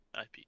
ip